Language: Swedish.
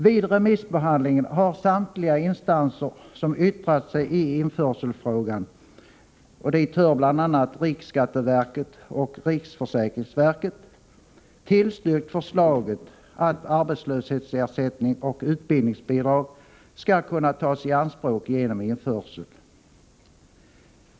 Vid remissbehandlingen har samtliga instanser som yttrat sig i införselfrågan—Dbl.a. riksskatteverket och riksförsäkringsverket — tillstyrkt förslaget att arbetslöshetsersättning och utbildningsbidrag skall kunna tas i anspråk genom införsel.